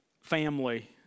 family